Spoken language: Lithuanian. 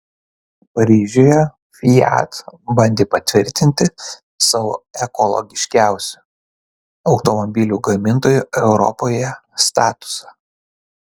paryžiuje fiat bandė patvirtinti savo ekologiškiausio automobilių gamintojo europoje statusą